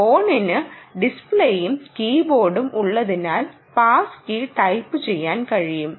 ഫോണിന് ഡിസ്പ്ലേയും കീബോർഡും ഉള്ളതിനാൽ പാസ് കീ ടൈപ്പുചെയ്യാൻ കഴിയും